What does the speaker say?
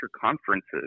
conferences